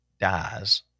dies